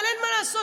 אבל אין מה לעשות,